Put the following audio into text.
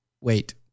Wait